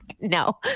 No